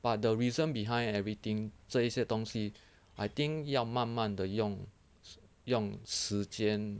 but the reason behind everything 这一些东西 I think 要慢慢的用用时间